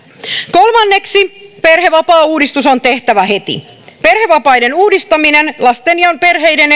kolmanneksi perhevapaauudistus on tehtävä heti perhevapaiden uudistaminen lasten ja perheiden